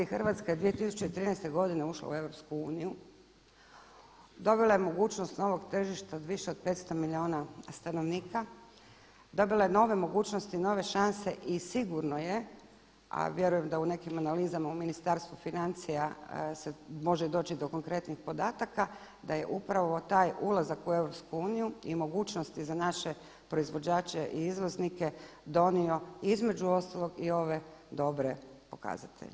Hrvatska je 2013. godine ušla u EU dobila je mogućnost novog tržište od više od 500 milijuna stanovnika, dobila je nove mogućnosti, nove šanse i sigurno je a vjerujem da u nekim analizama u Ministarstvu financija se može doći i do konkretnih podataka da je upravo taj ulazaka u EU i mogućnosti za naše proizvođače i izvoznike donio između ostalog i ove dobre pokazatelje.